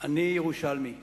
אני ירושלמי.